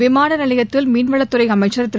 விமான நிலையத்தில் மீன்வளத்தறை அமைச்சர் திரு